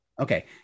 Okay